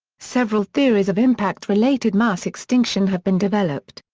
several theories of impact related mass extinction have been developed.